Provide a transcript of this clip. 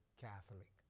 Catholic